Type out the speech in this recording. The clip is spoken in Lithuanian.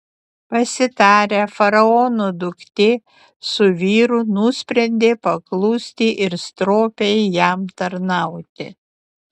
pasitarę faraono duktė su vyru nusprendė paklusti ir stropiai jam tarnauti